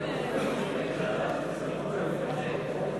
הצעת חוק הרבנות הראשית לישראל (תיקון,